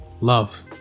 Love